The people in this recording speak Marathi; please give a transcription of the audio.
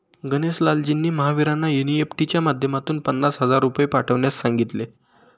गणेश लालजींनी महावीरांना एन.ई.एफ.टी च्या माध्यमातून पन्नास हजार रुपये पाठवण्यास सांगितले